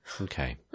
Okay